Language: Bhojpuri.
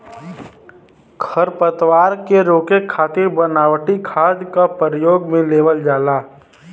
खरपतवार के रोके खातिर बनावटी खाद क परयोग में लेवल जाला